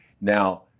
Now